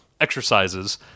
exercises